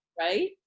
Right